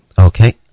Okay